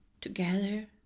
together